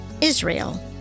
Israel